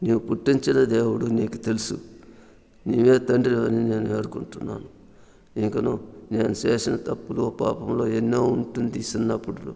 నీవు పుట్టించిన దేవుడవు నీకు తెలుసు నీవే తండ్రివని నేను వేడుకుంటున్నాను ఇంకను నేను చేసిన తప్పులు పాపములు ఎన్నో ఉంటుంది చిన్నప్పటు